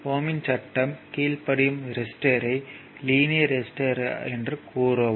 ஓம் இன் சட்டத்தை Ohm's Law கீழ்ப்படியும் ரெசிஸ்டர்யை லீனியர் ரெசிஸ்டர் ஆகும்